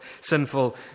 sinful